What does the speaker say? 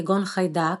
כגון חיידק,